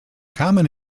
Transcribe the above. common